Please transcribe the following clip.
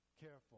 careful